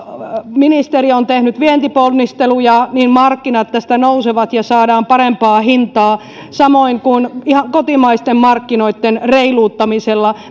ministeri on tehnyt vientiponnisteluja niin markkinat tästä nousevat ja saadaan parempaa hintaa samoin kuin ihan kotimaisten markkinoitten reiluuttamisella